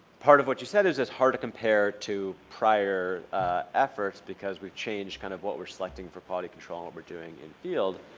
part of what you said is it's hard to compare to prior efforts because we've changed kind of what we're selecting for quality control and what we're doing in field.